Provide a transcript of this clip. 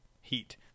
heat